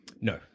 No